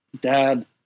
dad